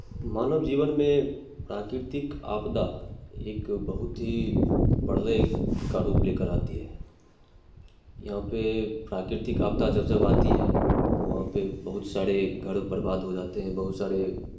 मानव जीवन में प्राकृतिक आपदा एक बहुत ही प्रलय का रूप लेकर आती है क्योंकि प्राकृतिक आपदा जब जब आती है तो वहाँ पे बहुत सारे घर बर्बाद हो जाते हैं बहुत सारे